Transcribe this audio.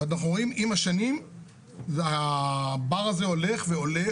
הפער הזה הולך ועולה,